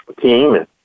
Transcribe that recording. team